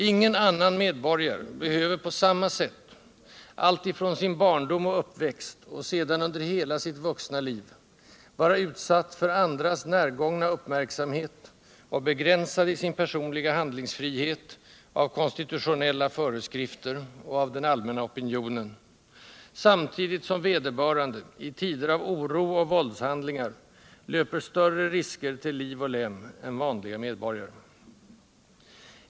Ingen annan medborgare behöver på samma sätt, alltifrån sin barndom och uppväxt och sedan under hela sitt vuxna liv, vara utsatt för andras närgångna uppmärksamhet och begränsad i sin personliga handlingsfrihet av konstitutionella föreskrifter och av den allmänna opinionen, samtidigt som vederbörande i tider av oro och våldshandlingar löper större risker till liv och lem än vanliga medborgare.